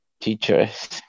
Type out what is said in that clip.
teachers